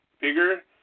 bigger